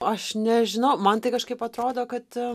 aš nežinau man tai kažkaip atrodo kad